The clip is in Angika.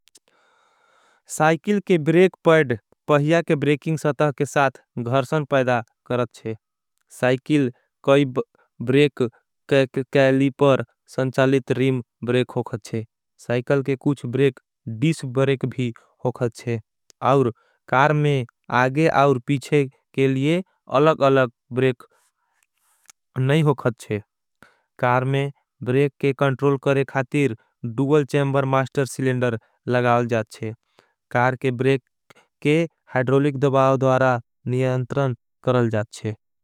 साइकिल के ब्रेक पैड पहिया के ब्रेकिंग सतह के साथ घर्षन। पैडा करते हैं साइकिल कोई ब्रेक कैली पर संचालित रिम ब्रेक। होगते हैं साइकिल के कुछ ब्रेक डिस ब्रेक भी होगते हैं कार में। आगे और पीछे के लिए अलग अलग ब्रेक नहीं होगते हैं कार में। ब्रेक के कंट्रोल करे खातिर डूल चैम्बर मास्टर सिलेंडर लगाओ जाते। हैं कार के ब्रेक के हाईड्रोलिक दबाव द्वारा नियांत्रन करल जाते हैं।